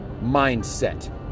mindset